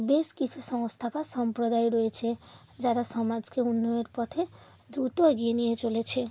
বেশ কিছু সংস্থা বা সম্প্রদায় রয়েছে যারা সমাজকে উন্নয়নের পথে দ্রুত এগিয়ে নিয়ে চলেছে